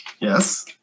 Yes